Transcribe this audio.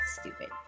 Stupid